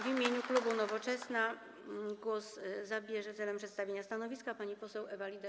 W imieniu klubu Nowoczesna głos zabierze celem przedstawienia stanowiska pani poseł Ewa Lieder.